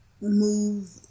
move